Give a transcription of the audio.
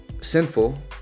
sinful